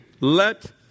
Let